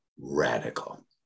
radical